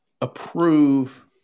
approve